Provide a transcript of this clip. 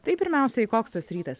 tai pirmiausiai koks tas rytas